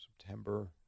September